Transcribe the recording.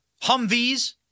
Humvees